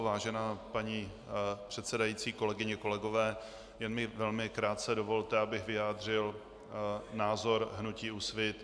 Vážená paní předsedající, kolegyně a kolegové, jen velmi krátce mi dovolte, abych vyjádřil názor hnutí Úsvit.